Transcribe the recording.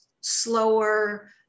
slower